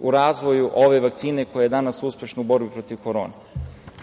u razvoju ove vakcine koja je danas uspešna u borbi protiv korone.